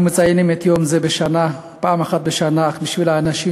פעם אחת בשנה, אך בשביל האנשים